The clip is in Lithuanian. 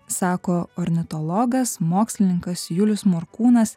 sako ornitologas mokslininkas julius morkūnas